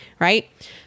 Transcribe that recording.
right